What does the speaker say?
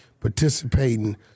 participating